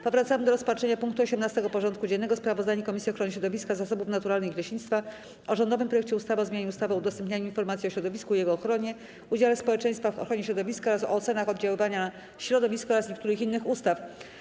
Powracamy do rozpatrzenia punktu 18. porządku dziennego: Sprawozdanie Komisji Ochrony Środowiska, Zasobów Naturalnych i Leśnictwa o rządowym projekcie ustawy o zmianie ustawy o udostępnianiu informacji o środowisku i jego ochronie, udziale społeczeństwa w ochronie środowiska oraz o ocenach oddziaływania na środowisko oraz niektórych innych ustaw.